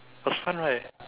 was fun right